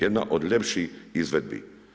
Jedna od ljepših izvedbi.